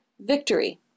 Victory